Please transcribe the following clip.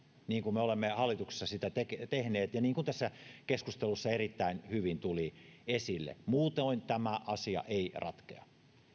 niin kuin me olemme hallituksessa sitä tehneet ja niin kuin tässä keskustelussa erittäin hyvin tuli esille muutoin tämä asia ei ratkea